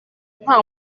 nta